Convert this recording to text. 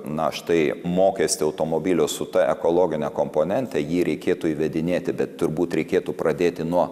na štai mokestį automobilio su ta ekologine komponente jį reikėtų įvedinėti bet turbūt reikėtų pradėti nuo